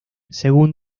según